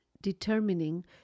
determining